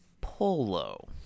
Polo